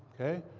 ok?